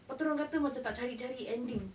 lepas tu dia orang kata macam tak cari-cari ending